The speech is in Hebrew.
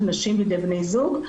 של נשים בידי בני זוג,